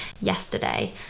yesterday